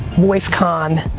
voicecon